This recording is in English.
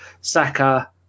Saka